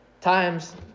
Times